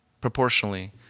proportionally